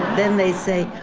then they say,